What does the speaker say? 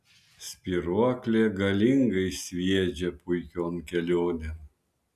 spyruoklė galingai sviedžia puikion kelionėn